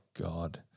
god